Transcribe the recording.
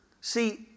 See